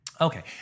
Okay